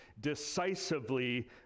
decisively